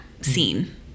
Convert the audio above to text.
scene